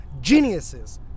Geniuses